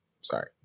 Sorry